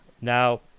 Now